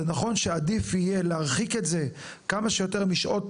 זה נכון שעדיף יהיה להרחיק את זה כמה שיותר משעות